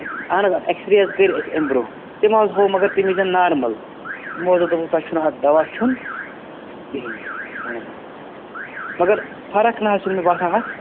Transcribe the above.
اہن حظ آ اٮ۪کس رے حظ کٔرۍ اَسہِ اَمہِ برٛونٛہہ تَمہِ حظ ہوٚو مگر تَمہِ ویٖزٮ۪ن نارمَل تِمو حظ دوٚپ دوٚپُکھ تۄہہِ چھُو نہٕ اَتھ دَوا کھیوٚن کِہیٖنۍ اہن حظ اہن حظ مگر فرق نہٕ حظ چھِنہٕ مےٚ باسان اَتھ